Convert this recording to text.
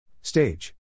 Stage